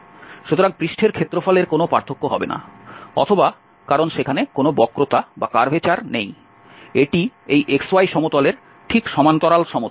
সুতরাং পৃষ্ঠের ক্ষেত্রফলের কোনও পার্থক্য হবে না অথবা কারণ সেখানে কোন বক্রতা নেই এটি এই xy সমতলের ঠিক সমান্তরাল সমতল